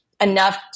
enough